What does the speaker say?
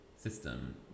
system